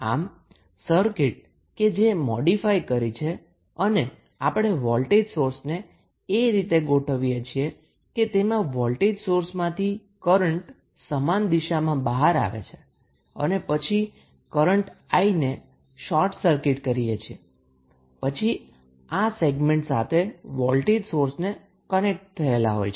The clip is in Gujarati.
આમ સર્કિટ કે જે મોડિફાઈ કરી છે અને આપણે વોલ્ટેજ સોર્સને એ રીતે ગોઠવીએ કે તેમાં વોલ્ટેજ સોર્સમાંથી કરન્ટ સમાન દિશામાં બહાર આવે છે અને પછી કરન્ટ I ને શોર્ટ સર્કિટ કરોઅને પછી આ સેગમેન્ટ સાથે વોલ્ટેજ સોર્સને કનેક્ટ થયેલા હોય